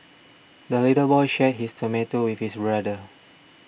the little boy shared his tomato with his brother